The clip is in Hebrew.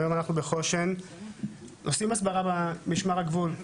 היום אנחנו בחוש"ן עושים הסברה במשמר הגבול.